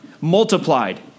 multiplied